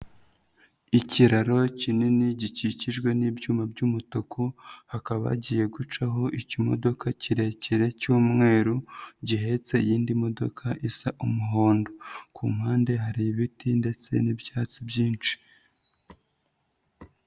Ikiraro kinini gikikijwe n'ibyuma by'umutuku, hakaba hagiye gucaho ikimodoka kirekire cy'umweru gihetse iyindi modoka isa umuhondo. Ku mpande hari ibiti ndetse n'ibyatsi byinshi.